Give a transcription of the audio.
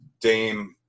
Dame